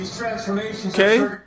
Okay